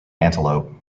antelope